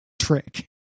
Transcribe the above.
trick